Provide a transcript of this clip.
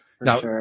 Now